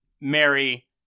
Mary